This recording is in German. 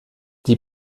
die